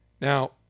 Now